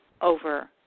over